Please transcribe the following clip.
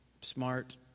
smart